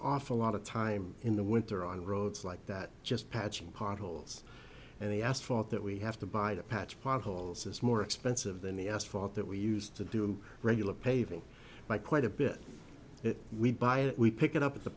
awful lot of time in the winter on roads like that just patching potholes and the asphalt that we have to buy to patch potholes is more expensive than the asphalt that we used to do regular paving by quite a bit we'd buy it we pick it up at the